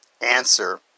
Answer